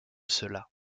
cela